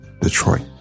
Detroit